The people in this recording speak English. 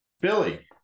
billy